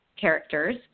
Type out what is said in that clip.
characters